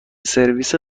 سرویس